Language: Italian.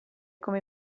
come